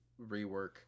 rework